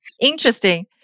Interesting